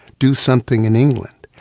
do something in england.